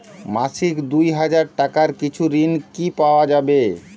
মাসিক দুই হাজার টাকার কিছু ঋণ কি পাওয়া যাবে?